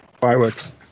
Fireworks